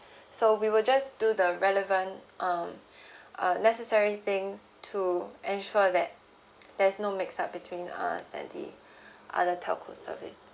so we will just do the relevant um uh necessary things to ensure that there's no mix up between uh and the other telco service